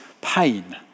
pain